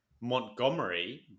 Montgomery